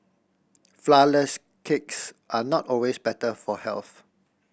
flourless cakes are not always better for health